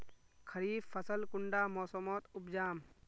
खरीफ फसल कुंडा मोसमोत उपजाम?